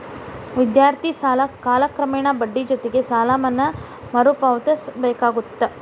ವಿದ್ಯಾರ್ಥಿ ಸಾಲ ಕಾಲಕ್ರಮೇಣ ಬಡ್ಡಿ ಜೊತಿಗಿ ಸಾಲವನ್ನ ಮರುಪಾವತಿಸಬೇಕಾಗತ್ತ